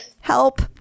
help